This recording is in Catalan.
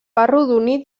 arrodonit